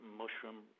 mushroom